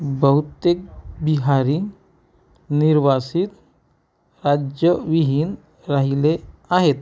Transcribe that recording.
बहुतेक बिहारी निर्वासित राज्यविहीन राहिले आहेत